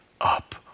up